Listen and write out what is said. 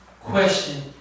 question